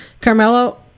Carmelo